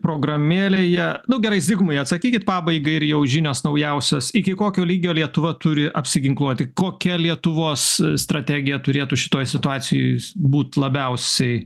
programėlėje nu gerai zigmui atsakykit pabaigai ir jau žinios naujausios iki kokio lygio lietuva turi apsiginkluoti kokia lietuvos strategija turėtų šitoj situacijoj būt labiausiai